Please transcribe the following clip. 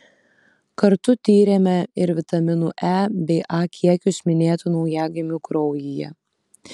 kartu tyrėme ir vitaminų e bei a kiekius minėtų naujagimių kraujyje